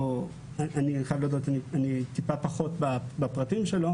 אני חייב להודות, אני טיפה פחות בפרטים שלו